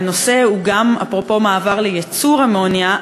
שהנושא הוא מעבר לייצור אמוניה,